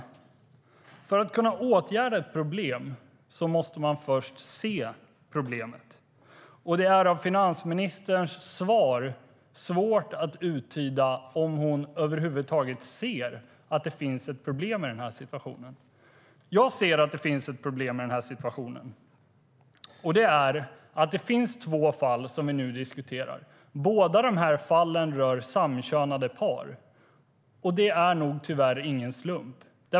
För att kunna åtgärda ett problem måste man först se problemet. Det är av finansministerns svar svårt att uttyda om hon över huvud taget ser att det finns ett problem i den här situationen. Jag ser att det finns ett problem i den här situationen. Det finns två fall som vi nu diskuterar. Båda fallen rör samkönade par. Det är nog tyvärr ingen slump.